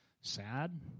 sad